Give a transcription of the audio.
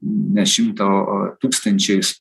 ne šimtą o tūkstančiais